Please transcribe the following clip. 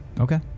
Okay